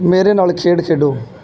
ਮੇਰੇ ਨਾਲ ਖੇਡ ਖੇਡੋ